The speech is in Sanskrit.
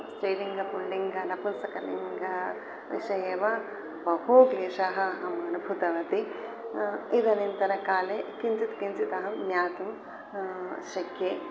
स्त्रीलिङ्ग पुल्लिङ्ग नपुंसकलिङ्ग विषयेव बहु क्लेशाः अहम् अनुभूतवति इदानींतनकाले किञ्चित् किञ्चित् अहं ज्ञातुं शक्ये